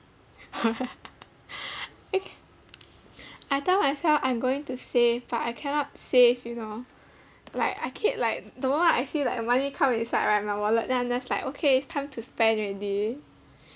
I I tell myself I'm going to save but I cannot save you know like I keep like the moment I see like the money come inside right my wallet then I'm just like okay it's time to spend already